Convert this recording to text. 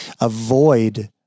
avoid